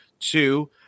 Two